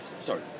sorry